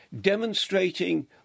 demonstrating